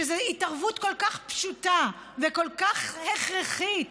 שזו התערבות כל כך פשוטה וכל כך הכרחית